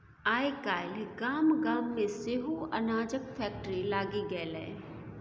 आय काल्हि गाम गाम मे सेहो अनाजक फैक्ट्री लागि गेलै